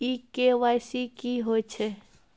इ के.वाई.सी की होय छै?